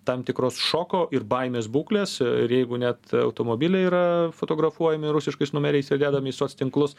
tam tikros šoko ir baimės būklės ir jeigu net automobiliai yra fotografuojami rusiškais numeriais ir dedami į soc tinklus